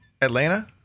Atlanta